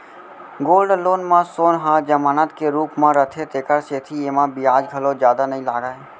gold loan म सोन ह जमानत के रूप म रथे तेकर सेती एमा बियाज घलौ जादा नइ लागय